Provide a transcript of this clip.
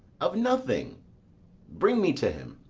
of nothing bring me to him.